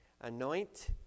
anoint